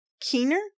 Keener